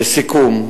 לסיכום,